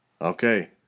Okay